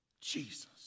Jesus